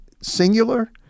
singular